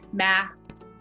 masks,